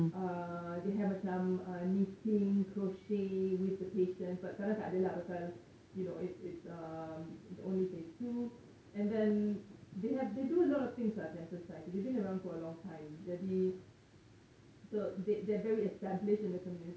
uh they have macam a knitting crochet with the patients but sekarang takde lah pasal you know it's it's uh only phase two and then they have they do a lot of things ah cancer society they've been around for a long time jadi so they they're very established in the community